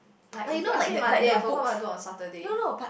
like if you ask him Monday I forgot what to do on Saturday